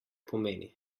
pomeni